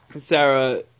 Sarah